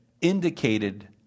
indicated